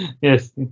yes